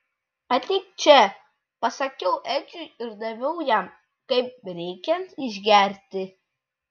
ateik čia pasakiau edžiui ir daviau jam kaip reikiant išgerti